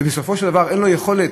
ובסופו של דבר, אין לו יכולת.